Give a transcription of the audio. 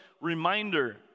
reminder